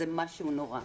זה משהו נורא.